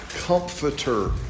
comforter